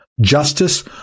Justice